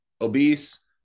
obese